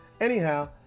Anyhow